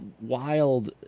wild